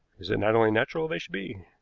is it not only natural they should be?